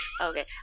Okay